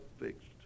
fixed